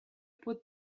put